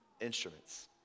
instruments